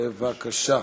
בבקשה.